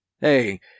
Hey